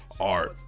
art